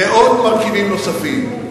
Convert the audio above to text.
ועוד מרכיבים נוספים.